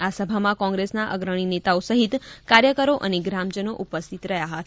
આ સભામાં કોંગ્રેસના અગ્રણી નેતાઓ સહીત કાર્યકરો અને ગ્રામજનો ઉપસ્થિત રહ્યા હતા